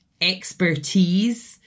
expertise